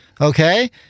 okay